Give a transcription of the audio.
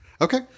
Okay